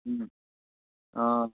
অঁ